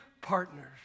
partners